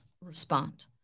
respond